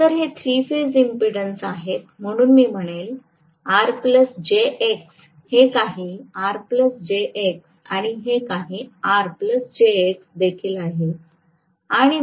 तर हे three phase impedance आहेत म्हणून मी म्हणेन RjX हे काही RjX आणि हे काही RjX देखील आहे